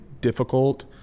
difficult